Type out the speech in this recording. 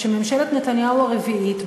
שממשלת נתניהו הרביעית,